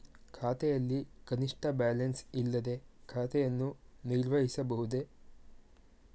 ಖಾತೆಯಲ್ಲಿ ಕನಿಷ್ಠ ಬ್ಯಾಲೆನ್ಸ್ ಇಲ್ಲದೆ ಖಾತೆಯನ್ನು ನಿರ್ವಹಿಸಬಹುದೇ?